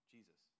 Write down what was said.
Jesus